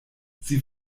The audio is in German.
sie